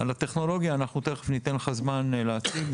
על הטכנולוגיה אנחנו תכף ניתן לך זמן להציג,